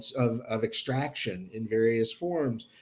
of of extraction in various forms,